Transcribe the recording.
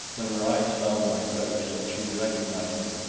when her eyes found my face and she recognized me.